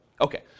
Okay